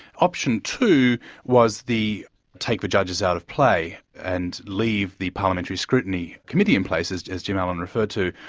option two was the take the judges out of play and leave the parliamentary scrutiny committee in place, as as jim allen referred to.